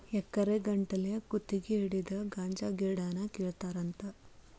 ಎಕರೆ ಗಟ್ಟಲೆ ಗುತಗಿ ಹಿಡದ ಗಾಂಜಾ ಗಿಡಾನ ಕೇಳತಾರಂತ